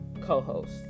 co-host